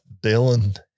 Dylan